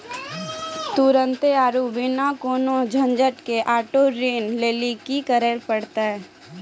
तुरन्ते आरु बिना कोनो झंझट के आटो ऋण लेली कि करै पड़तै?